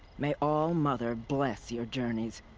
may all-mother bless your journeys.